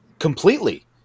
Completely